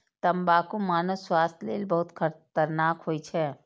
तंबाकू मानव स्वास्थ्य लेल बहुत खतरनाक होइ छै